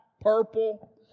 purple